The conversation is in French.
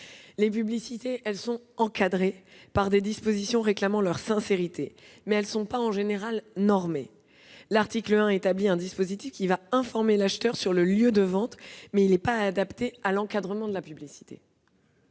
Les publicités sont encadrées par des dispositions réclamant leur sincérité, mais elles ne sont pas en général normées. L'article 1 établit un dispositif visant à informer l'acheteur sur le lieu de vente, mais il n'est pas adapté à l'encadrement de la publicité.